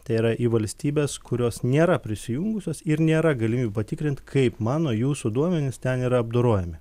tai yra į valstybes kurios nėra prisijungusios ir nėra galimybių patikrint kaip mano jūsų duomenys ten yra apdorojami